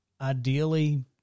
ideally